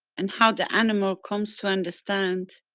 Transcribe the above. and how the animal comes to understand